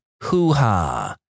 hoo-ha